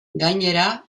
gainera